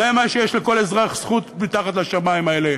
זה מה שיש לכל אזרח זכות תחת לשמים האלה.